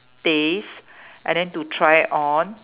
taste and then to try on